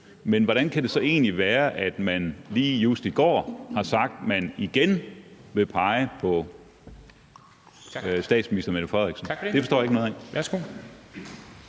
Men hvordan kan det så egentlig være, at man lige just i går sagde, at man igen vil pege på Mette Frederiksen som statsminister? Det